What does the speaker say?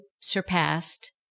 surpassed